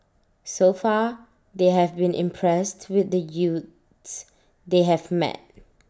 so far they have been impressed with the youths they have met